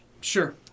Sure